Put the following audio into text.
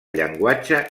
llenguatge